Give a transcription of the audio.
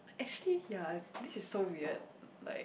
actually ya this is so weird like